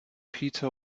peter